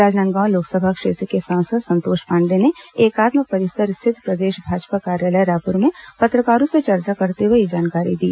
राजनांदगांव लोकसभा क्षेत्र के सांसद संतोष पांडेय ने एकात्म परिसर स्थित प्रदेश भाजपा कार्यालय रायपुर में पत्रकारों से चर्चा करते हुए यह जानकारी दी